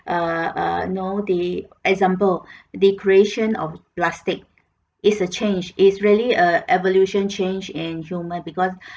err err you know the example the creation of plastic is a change is really a evolution change in human because